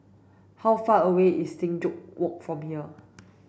how far away is Sing Joo Walk from here